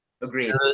Agreed